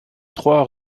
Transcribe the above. trois